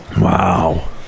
Wow